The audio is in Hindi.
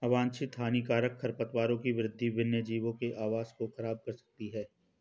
अवांछित हानिकारक खरपतवारों की वृद्धि वन्यजीवों के आवास को ख़राब कर सकती है